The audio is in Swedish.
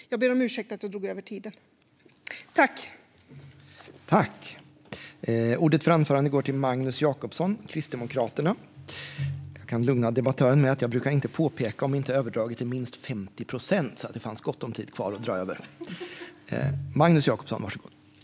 Jag ber om ursäkt för att jag drog över den anmälda talartiden.